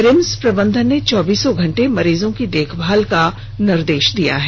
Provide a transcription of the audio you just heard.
RIMS प्रबंधन ने चौबीस घंटे मरीजों की देखभाल का निर्देश दिया है